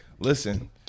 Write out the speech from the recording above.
Listen